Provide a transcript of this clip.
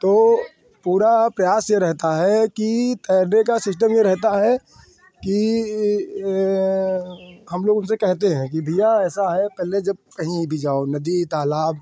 तो पूरा प्रयास यह रहता है कि तैरने का सिस्टम यह रहता है कि ई हम लोग उनसे कहते हैं कि भैया ऐसा है पहले जब कहीं भी जाओ नदी तालाब